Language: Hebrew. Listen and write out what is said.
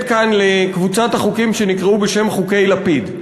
כאן לקבוצות החוקים שנקראו בשם "חוקי לפיד".